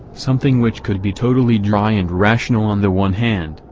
something which could be totally dry and rational on the one hand,